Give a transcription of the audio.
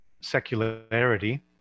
secularity